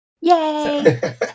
Yay